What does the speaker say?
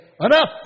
enough